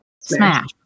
Smash